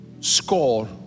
score